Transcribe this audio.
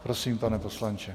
Tak prosím, pane poslanče.